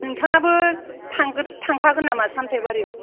नोंथाङाबो थांग्रो थांखागोन नामा सामथायबारियाव